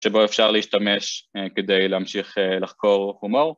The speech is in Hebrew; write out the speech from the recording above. שבו אפשר להשתמש כדי להמשיך לחקור הומור